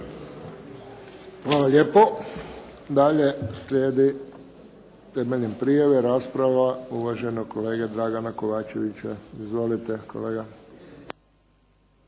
Hvala lijepo. Dalje slijedi temeljem prijave rasprava uvaženog kolege Dragana Kovačevića. Izvolite, kolega.